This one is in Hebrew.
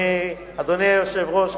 אדוני היושב-ראש,